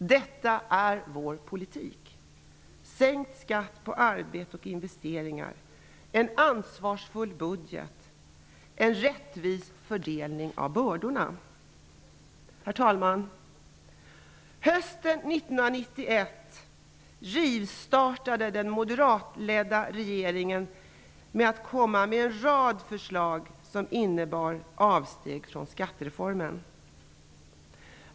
Detta är vår politik: sänkt skatt på arbete och investeringar, en ansvarsfull budget, en rättvis fördelning av bördorna. Herr talman! Hösten 1991 rivstartade den moderatledda regeringen genom att komma med en rad förslag som innebar avsteg från skattereformen.